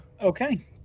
Okay